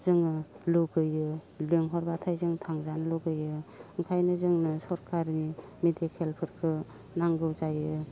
जोङो लुगैयो लिंहरब्लाथाय जों थांजानो लुगैयो ओंखायनो जोंनो सरखारि मेडिकेलफोरखौ नांगौ जायो